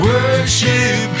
Worship